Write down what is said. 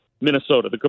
Minnesota